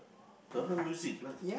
genre music lah